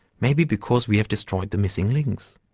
may be because we have destroyed the missing links.